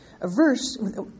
averse